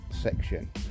section